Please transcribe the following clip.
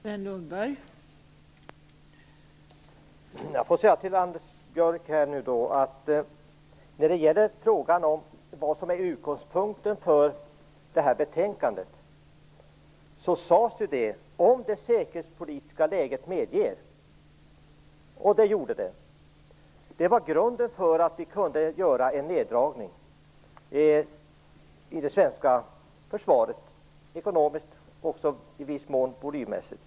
Fru talman! Jag vill säga till Anders Björck att det i utgångspunkten för det här betänkandet angavs "om det säkerhetspolitiska läget medger", och så var också fallet. Det var grunden för att vi kunde göra en neddragning i det svenska försvaret, ekonomiskt och även i viss mån volymmässigt.